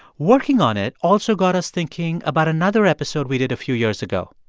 working on it also got us thinking about another episode we did a few years ago.